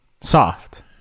soft